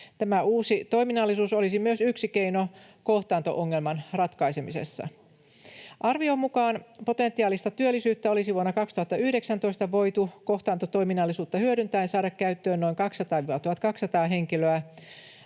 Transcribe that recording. Tämä uusi toiminnallisuus olisi myös yksi keino kohtaanto-ongelman ratkaisemisessa. Arvion mukaan potentiaalista työllisyyttä olisi vuonna 2019 voitu kohtaantotoiminnallisuutta hyödyntäen saada käyttöön noin 200–1 200 henkilöä.